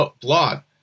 blog